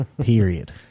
Period